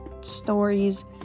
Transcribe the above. stories